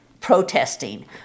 protesting